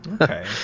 okay